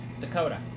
Dakota